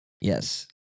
Yes